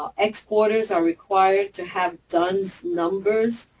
um exporters are required to have duns numbers.